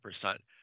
percent